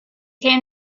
came